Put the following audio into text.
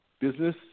business